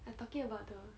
I'm talking about the